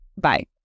bye